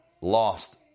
lost